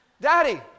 Daddy